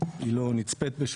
זה לא נצפה,